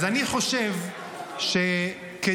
אז אני חושב שכדאי,